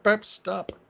Stop